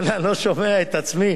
ואללה, אני לא שומע את עצמי.